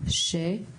ש מה?